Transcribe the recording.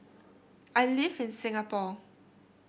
I live in Singapore